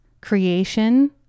creation